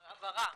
הבהרה,